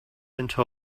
until